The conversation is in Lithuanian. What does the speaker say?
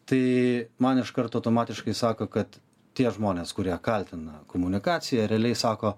tai man iš karto automatiškai sako kad tie žmonės kurie kaltina komunikaciją realiai sako